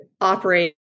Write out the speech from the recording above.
operate